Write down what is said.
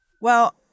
Well-